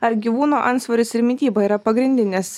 ar gyvūno antsvoris ir mityba yra pagrindinis